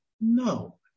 no